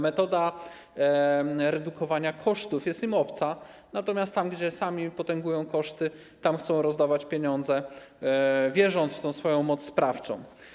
Metoda redukowania kosztów jest im obca, natomiast tam, gdzie sami potęgują koszty, chcą rozdawać pieniądze, wierząc w swoją moc sprawczą.